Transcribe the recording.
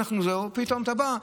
ופתאום אתה בא,